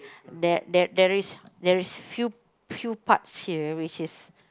there there there is there is few few parts here which is